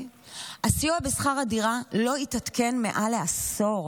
הסיוע בשכר הדירה לא התעדכן מעל לעשור.